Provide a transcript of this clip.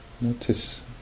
Notice